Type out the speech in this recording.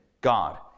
God